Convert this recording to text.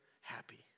happy